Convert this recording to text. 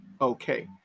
okay